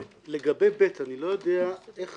לגבי (ב) אני לא יודע איך